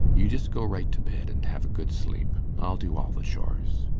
you just go right to bed and have a good sleep. i'll do all the chores.